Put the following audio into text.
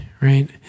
right